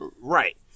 right